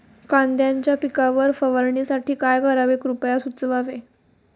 कांद्यांच्या पिकावर फवारणीसाठी काय करावे कृपया सुचवावे